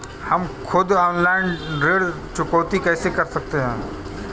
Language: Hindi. हम खुद ऑनलाइन ऋण चुकौती कैसे कर सकते हैं?